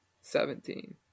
seventeen